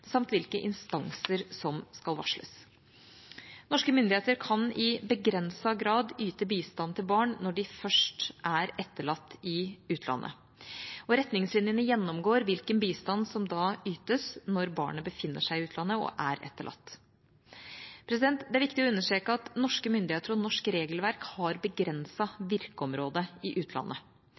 samt hvilke instanser som skal varsles. Norske myndigheter kan i begrenset grad yte bistand til barn når de først er etterlatt i utlandet. Retningslinjene gjennomgår hvilken bistand som da ytes når barnet befinner seg i utlandet og er etterlatt. Det er viktig å understreke at norske myndigheter og norsk regelverk har begrenset virkeområde i utlandet.